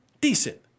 decent